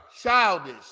childish